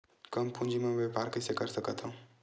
कम पूंजी म व्यापार कइसे कर सकत हव?